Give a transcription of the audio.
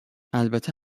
البته